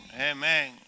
Amen